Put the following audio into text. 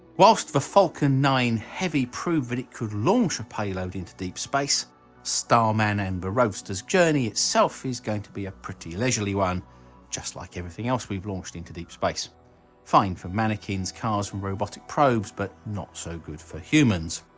whilst the falcon nine heavy proved that it could launch a payload into deep space starman and the roasters journey itself is going to be a pretty leisurely one just like everything else we've launched into deep space fine for mannequins, cars and robotic probes but not so good for humans.